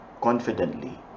confidently